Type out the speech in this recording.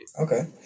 Okay